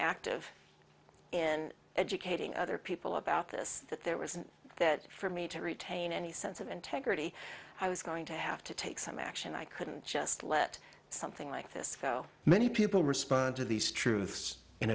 active in educating other people about this that there was that for me to retain any sense of integrity i was going to have to take some action i couldn't just let something like this so many people respond to these truths in